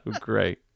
great